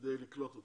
כדי לקלוט אותם.